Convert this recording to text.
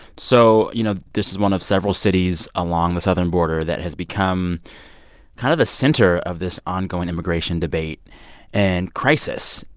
so, you know, this is one of several cities along the southern border that has become kind of the center of this ongoing immigration debate and crisis.